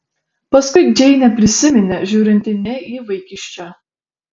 paskui džeinė prisiminė žiūrinti ne į vaikiščią